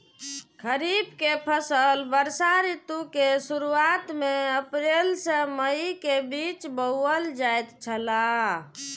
खरीफ के फसल वर्षा ऋतु के शुरुआत में अप्रैल से मई के बीच बौअल जायत छला